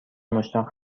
مشتاق